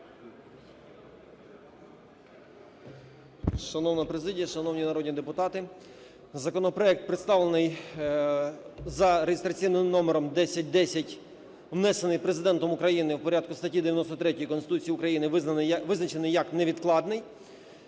Шановна президія, шановні народні депутати! Законопроект, представлений за реєстраційним номером 1010, внесений Президентом України в порядку статті 93 Конституції України, визначений як невідкладний.